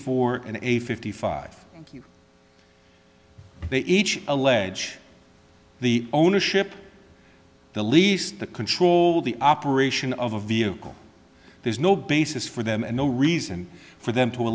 four and a fifty five they each allege the ownership the least the control of the operation of a vehicle there's no basis for them and no reason for them to a